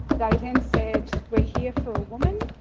they then said, we're here for a woman.